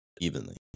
evenly